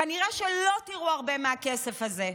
כנראה שלא תראו הרבה מהכסף הזה,